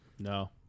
No